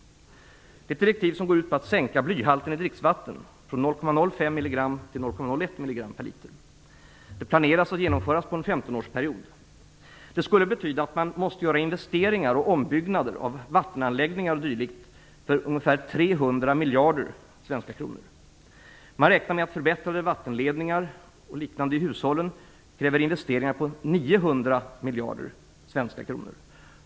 Det är ett direktiv som går ut på att man skall sänka blyhalten i dricksvatten från 0,05 mg till 0,01 mg per liter. Det planeras att genomföras under en 15-årsperiod. Det skulle betyda att man måste göra investeringar och ombyggnader av vattenanläggningar o.dyl. för ungefär 300 miljarder svenska kronor. Man räknar med att förbättrade vattenledningar i hushållen kräver investeringar på 900 miljarder svenska kronor.